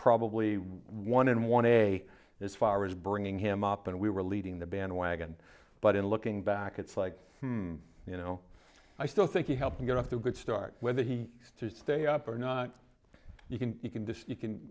probably one in one day as far as bringing him up and we were leading the bandwagon but in looking back it's like you know i still think you helped him get off to a good start whether he should stay up or not you can you can do you can